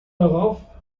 darauf